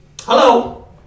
Hello